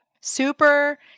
Super